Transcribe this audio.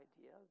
idea